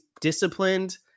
disciplined